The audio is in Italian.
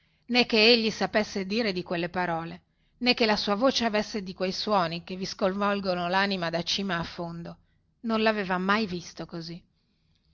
nè che egli sapesse dire di quelle parole nè che la sua voce avesse di quei suoni che vi sconvolgono lanima da cima a fondo non laveva mai visto così